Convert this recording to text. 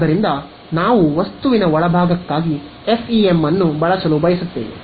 ಆದ್ದರಿಂದ ನಾವು ವಸ್ತುವಿನ ಒಳಭಾಗಕ್ಕಾಗಿ FEM ಅನ್ನು ಬಳಸಲು ಬಯಸುತ್ತೇವೆ